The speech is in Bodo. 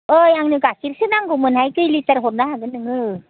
ओइ आंनो गाइखेर इसे नांगौमोनहाय कै लिटार हरनो हागोन नोङो